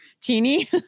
Teeny